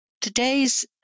today's